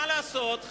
מה לעשות,